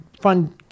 fun